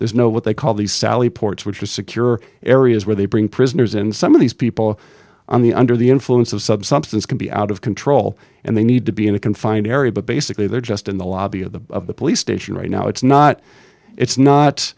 there's no what they call the sally ports which is secure areas where they bring prisoners and some of these people on the under the influence of substance can be out of control and they need to be in a confined area but basically they're just in the lobby of the police station right now it's not it's not